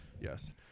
Yes